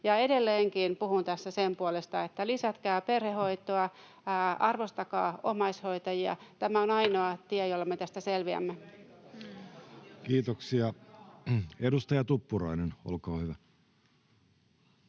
Edelleenkin puhun tässä sen puolesta, että lisätkää perhehoitoa, arvostakaa omaishoitajia — tämä on ainoa tie, jolla me tästä selviämme. Kiitoksia. — Edustaja Tuppurainen, olkaa hyvä.